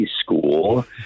School